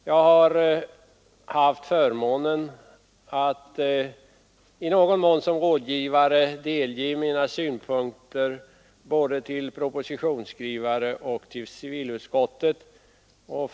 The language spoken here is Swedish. Jag har haft förmånen att som rådgivare få delge både propositionsskrivare och civilutskott mina synpunkter.